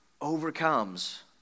overcomes